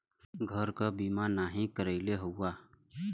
घर क बीमा नाही करइले हउवा